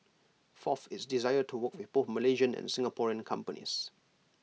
fourth its desire to work with both Malaysian and Singaporean companies